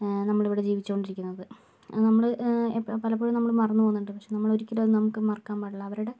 നമ്മൾ ഇവിടെ ജീവിച്ചുകൊണ്ടിരിക്കുന്നത് അത് നമ്മള് പലപ്പോഴും നമ്മൾ മറന്നുപോകുന്നുണ്ട് പക്ഷേ നമ്മൾ ഒരിക്കലും അത് നമുക്ക് മറക്കാൻ പാടില്ല അവരുടെ